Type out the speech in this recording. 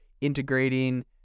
integrating